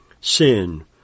sin